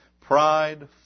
pride